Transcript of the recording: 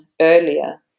earlier